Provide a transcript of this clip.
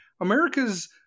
America's